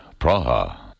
Praha